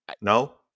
No